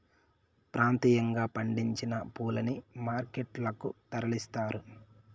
ప్రాంతీయంగా పండించిన పూలని మార్కెట్ లకు తరలిస్తారు